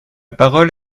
parole